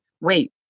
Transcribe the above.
wait